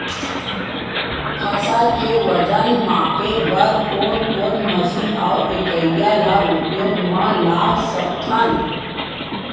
फसल के वजन मापे बर कोन कोन मशीन अऊ इकाइयां ला उपयोग मा ला सकथन?